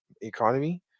economy